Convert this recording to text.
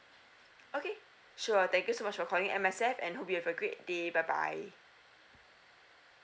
okay sure thank you so much for calling M_S_F and hope you have a great day bye bye